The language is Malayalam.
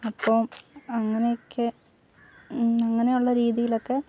അപ്പം അങ്ങനെയൊക്കെ അങ്ങനെയുള്ള രീതിയിലൊക്കെ